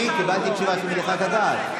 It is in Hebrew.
אני קיבלתי תשובה שמניחה את הדעת.